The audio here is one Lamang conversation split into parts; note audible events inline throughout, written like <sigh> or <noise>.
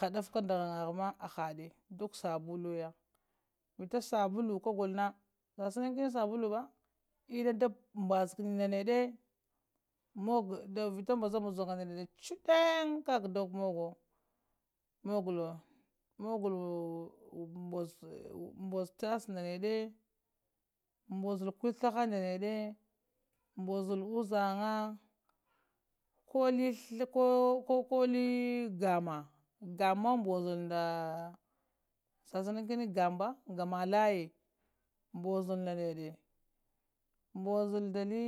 Haddaf ka nda ghangaha ma hahade duk sabulu ya vita sabulu kagulo na shamsamaki sabulu ba inna nda mbazkani ndanede muga vita mbazakani shɗiŋ kakah da mogowo mogəlewo mbozawo mob tase nda neɗe mbozolo kueslaha ndanede mbozol uzaŋja koh li ko-ko li shasanaki gama ba gama layye mbozolo nda nade mbozal nda li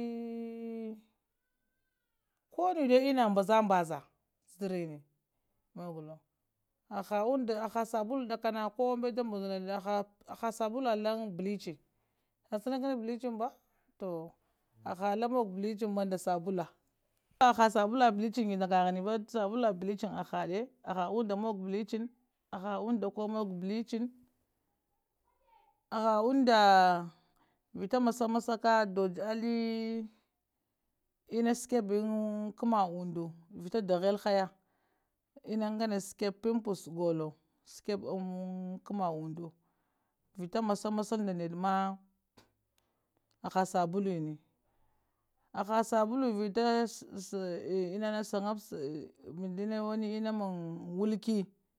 konu da inna mbazambaza zirin mbozolo haha sabulu dakana koh nuwe da mbozol haha haha sabulu inna lang bleaching shasha nakin bleaching ba toh, haha alla mogowo bleaching ma nda sabulu haha sabulu bleaching kagi ndaka hani ba sabulu bleaching hahaɗe həeha unɗanda mug bleaching haha aŋginda koll mug bleaching haha unda vita masamasaka dojjowo alih inna shikebe anka ma undu vita dahelhaya inna ngane shakebe mpimpus kagolo shakabe ankama undu vita masamasallo ndane ma haha sabuluni aha sabulu vita <hesitation> shakabe inna man walki